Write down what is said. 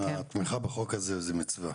התמיכה בחוק הזה זו מצווה.